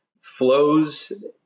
flows